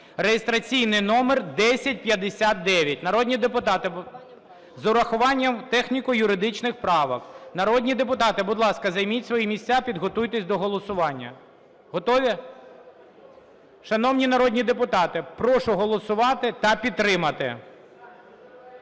(реєстраційний номер 1059). Народні депутати… З урахуванням техніко-юридичних правок. Народні депутати, будь ласка, займіть свої місця, підготуйтесь до голосування. Готові? Шановні народні депутати, прошу голосувати та підтримати.